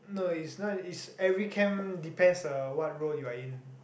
no is not is every camp depends uh what row you are in